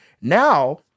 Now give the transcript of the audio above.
Now